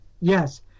Yes